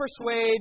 persuade